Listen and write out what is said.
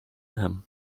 him